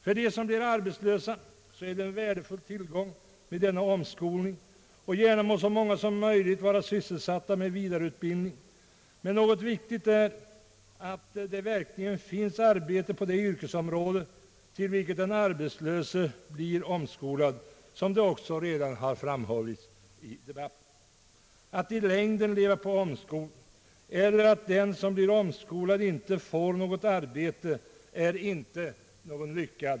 För dem som blir arbetslösa är denna omskolning en värdefull tillgång, och gärna må så många som möjligt vara sysselsatta med vidareutbildning — men viktigt är att det verkligen finns arbete inom det yrkesområde till vilket den arbetslöse blir omskolad; detta har ju redan framhållits i debatten. Det är ingen lyckad ordning att i längden leva på omskolning eller att den omskolade inte får något arbete.